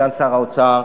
סגן שר האוצר,